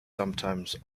sometimes